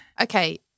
Okay